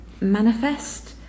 manifest